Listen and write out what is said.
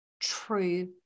true